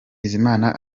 bizimana